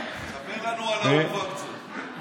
תספר לנו על האורווה שלך,